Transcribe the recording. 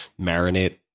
marinate